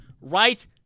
right